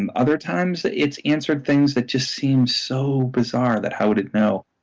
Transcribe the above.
and other times it's answered things that just seem so bizarre that how would it know?